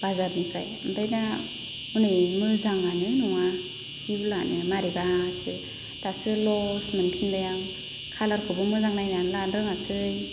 बाजारनिफ्राय ओमफ्राय दा हनै मोजाङानो नङा सि उलानो मारैबासो दासो लस मोनफिनबाय आं कलरखौबो मोजां नायनानै लानो रोङासै